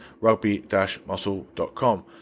rugby-muscle.com